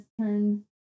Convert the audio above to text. turn